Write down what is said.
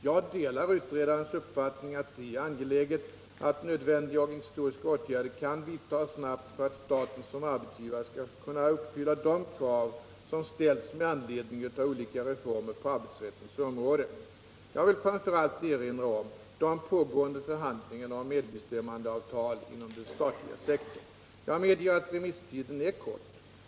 Jag delar utredarens uppfattning att det är angeläget att nödvändiga organisatoriska åtgärder kan vidtas snabbt för att staten som arbetsgivare skall kunna uppfylla de krav som ställs med anledning av olika reformer på arbetsrättens område. Jag vill framför allt erinra om de pågående förhandlingarna om medbestämmandeavtal inom den statliga sektorn. Jag medger att remisstiden är kort.